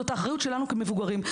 זאת האחריות שלנו כמבוגרים.